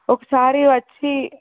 ఒకసారి వచ్చి